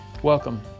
Welcome